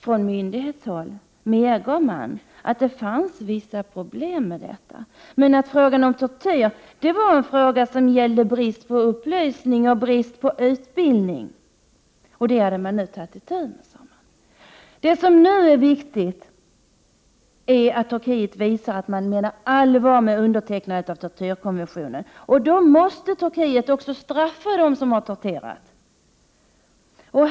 Från myndighetshåll medgav man att det fanns vissa problem med detta men att frågan om tortyr var en fråga som gällde brist på upplysning och brist på utbildning. Detta hade man nu tagit itu med, sades det. Det som nu är viktigt är att Turkiet visar att man menar allvar med undertecknandet av tortyrkonventioner. Då måste Turkiet också straffa dem som har torterat.